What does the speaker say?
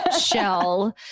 shell